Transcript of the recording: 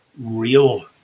real